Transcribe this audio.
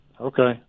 Okay